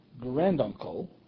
granduncle